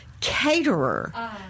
caterer